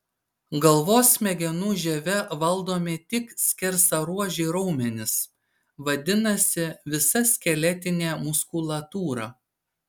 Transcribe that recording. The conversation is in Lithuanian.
galvos smegenų žieve valdomi tik skersaruožiai raumenys vadinasi visa skeletinė muskulatūra